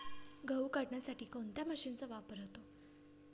गहू काढण्यासाठी कोणत्या मशीनचा वापर होतो?